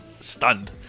stunned